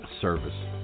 service